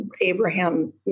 Abraham